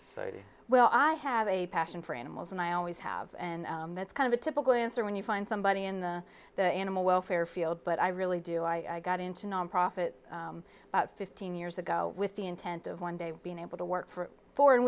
as well i have a passion for animals and i always have and that's kind of a typical answer when you find somebody in the the animal welfare field but i really do i got into nonprofit about fifteen years ago with the intent of one day being able to work for fo